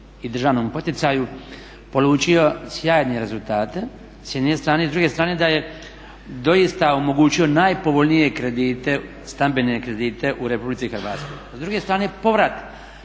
i državnom poticaju polučio sjajne rezultate s jedne strane. S druge strane da je doista omogućio najpovoljnije stambene kredite u RH. S druge strane povrat